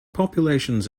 populations